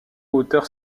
hauteur